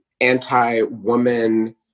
anti-woman